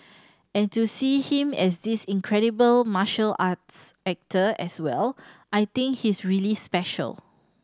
and to see him as this incredible martial arts actor as well I think he's really special